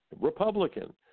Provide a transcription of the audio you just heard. Republican